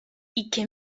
ике